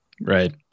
Right